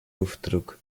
luftdruck